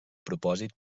propòsit